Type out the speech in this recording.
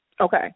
Okay